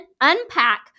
unpack